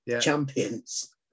Champions